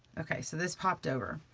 okay, so this popped over,